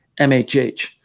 MHH